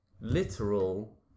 literal